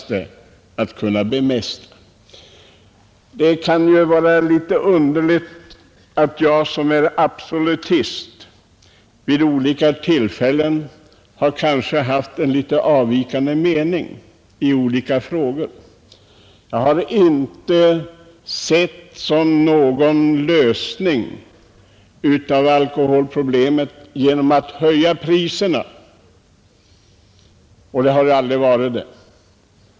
Det kan kanske framstå som en smula underligt att jag som är absolutist vid olika tillfällen har haft en något avvikande mening i nykterhetspolitiska frågor. Jag har inte sett en höjning av priserna som någon lösning av alkoholproblemet, och det har heller aldrig någonsin kunnat vara det.